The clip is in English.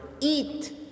eat